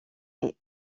est